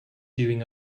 doing